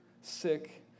sick